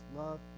love